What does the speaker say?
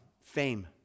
fame